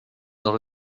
dans